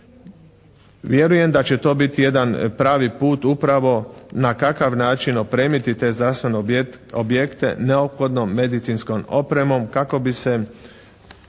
Vjerujem da će to biti jedan pravi put upravo na kakav način opremiti te zdravstvene objekte neophodnom medicinskom opremom kako bi se